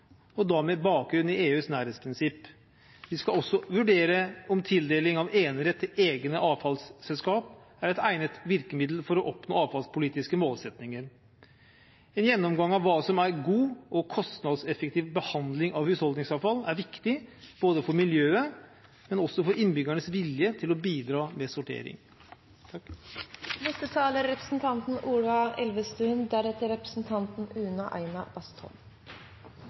med bakgrunn i EUs nærhetsprinsipp. De skal også vurdere om tildeling av enerett til egne avfallsselskap er et egnet virkemiddel for å oppnå avfallspolitiske målsettinger. En gjennomgang av hva som er god og kostnadseffektiv behandling av husholdningsavfall, er viktig, både for miljøet og for innbyggernes vilje til å bidra med sortering. Jeg vil takke representanten